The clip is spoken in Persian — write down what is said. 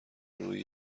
روی